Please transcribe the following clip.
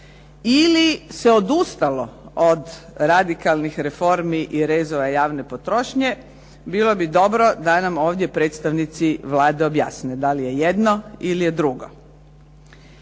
Ili se odustalo od radikalnih reformi i rezova javne potrošnje bilo bi dobro da nam ovdje predstavnici Vlade objasne da li je jedno ili je drugo.